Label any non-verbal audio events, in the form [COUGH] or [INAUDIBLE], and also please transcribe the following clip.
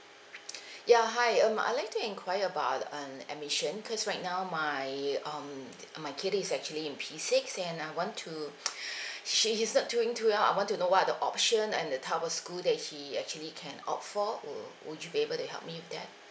[BREATH] ya hi um I'd like to enquire about an admission cause right now my um my kid is actually in P six and I want to [BREATH] she's not doing too well I want to know what are the option and the type of school that he actually can opt for wo~ would you be able to help me with that